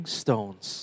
stones